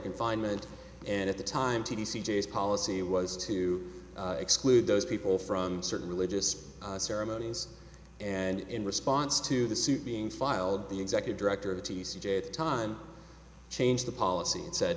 confinement and at the time t t c j s policy was to exclude those people from certain religious ceremonies and in response to the suit being filed the executive director of t c g time changed the policy and said